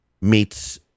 Meets